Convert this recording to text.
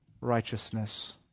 righteousness